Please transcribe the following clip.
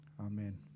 Amen